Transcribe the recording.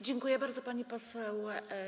Dziękuję bardzo, pani poseł.